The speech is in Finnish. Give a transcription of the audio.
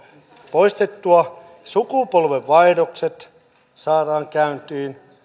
poistettua sukupolvenvaihdokset saadaan käyntiin